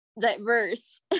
diverse